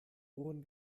ohren